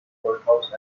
courthouse